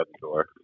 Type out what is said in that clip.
door